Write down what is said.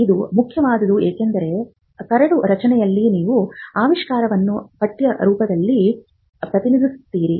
ಇದು ಮುಖ್ಯವಾದುದು ಏಕೆಂದರೆ ಕರಡು ರಚನೆಯಲ್ಲಿ ನೀವು ಆವಿಷ್ಕಾರವನ್ನು ಪಠ್ಯ ರೂಪದಲ್ಲಿ ಪ್ರತಿನಿಧಿಸುತ್ತೀರಿ